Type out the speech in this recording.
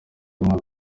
umwaka